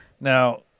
Now